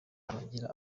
abagira